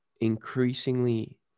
increasingly